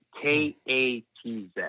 k-a-t-z